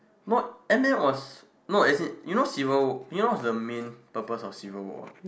not Ant-man was no as in you know civil you knows what is the main purpose of Civil War